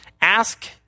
Ask